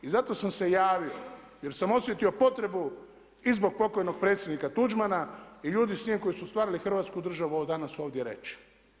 I zato sam se javio jer sam osjetio potrebu i zbog pokojnog predsjednika Tuđmana i ljudi s njim koji su stvarali Hrvatsku državu ovo danas ovdje reći.